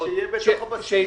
נכון, שיהיה בתוך הבסיס.